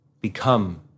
become